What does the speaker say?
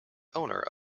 owner